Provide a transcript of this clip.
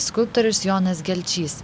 skulptorius jonas gelčys